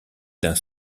d’un